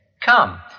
Come